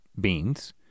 beans